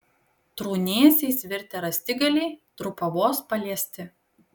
trūnėsiais virtę rąstigaliai trupa vos paliesti